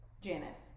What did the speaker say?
Janice